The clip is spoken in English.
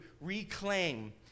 reclaim